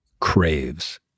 craves